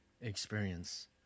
experience